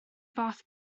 fath